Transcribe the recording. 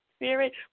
Spirit